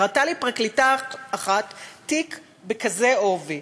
הראתה לי פרקליטה אחת תיק בכזה עובי,